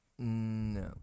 No